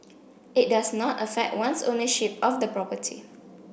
it does not affect one's ownership of the property